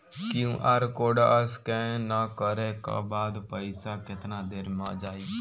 QR code scan न करे क बाद पइसा केतना देर म जाई?